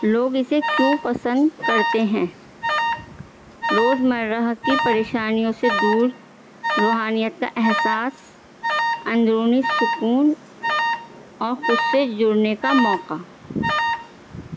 لوگ اسے کیوں پسند کرتے ہیں روز مرہ کی پریشانیوں سے دور روحانیت کا احساس اندرونی سکون اور خود سے جڑنے کا موقع